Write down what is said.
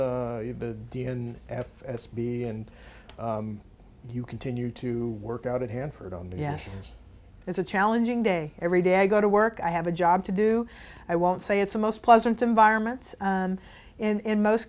and you continue to work out at hanford on yes it's a challenging day every day i go to work i have a job to do i won't say it's the most pleasant environment and in most